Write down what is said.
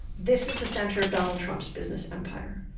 this is the center of donald trump's business empire.